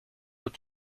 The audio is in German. wird